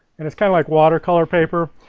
and it's kind of like watercolor paper,